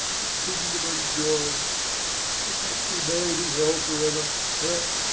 the kingdom of joy and must remain in hell for ever, hell,